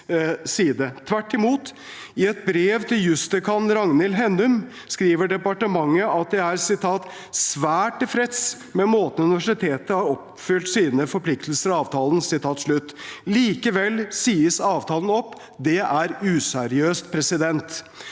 Tvert imot: I et brev til jussdekan Ragnhild Hennum skriver departementet at de er «svært tilfreds med måten UiO har oppfylt sine forpliktelser i avtalen». Likevel sies avtalen opp. Det er useriøst. Det